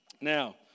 Now